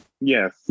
Yes